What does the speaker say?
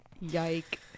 Yike